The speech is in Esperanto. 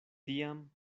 tiam